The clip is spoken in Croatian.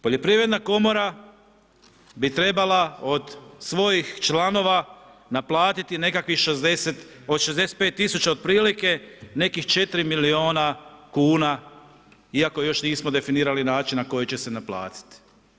Poljoprivredna komora bi trebala od svojih članova naplatiti nekakvih od 65 tisuća otprilike nekih 4 milijuna kuna iako još nismo definirali način na koji će se naplatiti.